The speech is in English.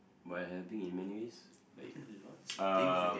my helping in many ways like um